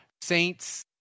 Saints